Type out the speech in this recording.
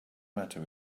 matter